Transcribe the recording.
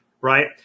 right